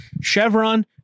chevron